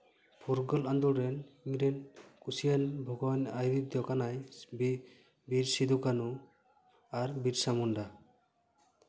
ᱯᱷᱩᱨᱜᱟᱹᱞ ᱟᱸᱫᱳᱲ ᱨᱮᱱ ᱤᱧ ᱨᱮᱱ ᱠᱩᱥᱤᱭᱟᱱ ᱵᱷᱚᱜᱚᱵᱟᱱ ᱟᱹᱭᱩᱨᱤᱡ ᱫᱚ ᱠᱟᱱᱟᱭ ᱵᱤᱨ ᱥᱤᱫᱷᱩᱼᱠᱟᱹᱱᱩ ᱟᱨ ᱵᱤᱨᱥᱟ ᱢᱩᱱᱰᱟ